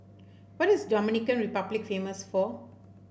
what is Dominican Republic famous for